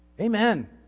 Amen